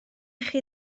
chi